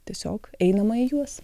tiesiog einama į juos